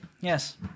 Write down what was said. yes